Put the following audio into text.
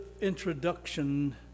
introduction